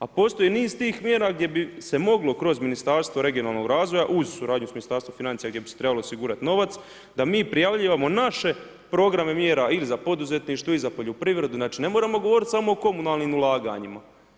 A postoji niz tih mjera gdje bi se moglo kroz Ministarstvo regionalnog razvoja, uz suradnjom s Ministarstvom financija gdje bi se trebao osigurat novac da mi prijavljivamo naše programe mjera ili za poduzetništvo i za poljoprivredu, znači ne moramo govorit samo o komunalnim ulaganjima.